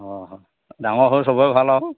ডাঙৰ সৰু চবৰে ভাল আৰু